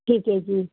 ਠੀਕ ਐ ਜੀ